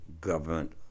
government